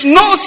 no